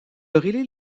relie